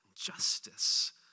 justice